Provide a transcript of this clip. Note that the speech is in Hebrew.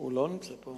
הוא לא נמצא פה.